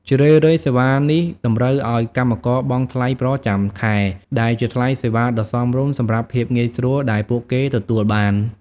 ជារឿយៗសេវានេះតម្រូវឱ្យកម្មករបង់ថ្លៃប្រចាំខែ ដែលជាថ្លៃសេវាដ៏សមរម្យសម្រាប់ភាពងាយស្រួលដែលពួកគេទទួលបាន។